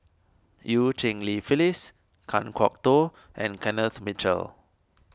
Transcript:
Eu Cheng Li Phyllis Kan Kwok Toh and Kenneth Mitchell